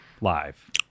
live